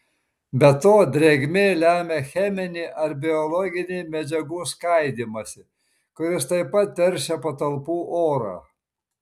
be to drėgmė lemia cheminį ar biologinį medžiagų skaidymąsi kuris taip pat teršia patalpų orą